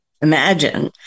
imagine